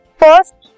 first